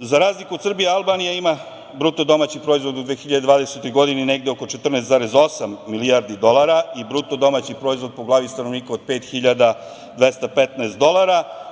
Za razliku od Srbije, Albanija ima bruto domaći proizvod u 2020. godini, negde oko 14,8 milijardi dolara i bruto domaći proizvod po glavi stanovnika od 5.215 dolara.